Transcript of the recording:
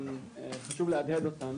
שחשוב להדהד אותן.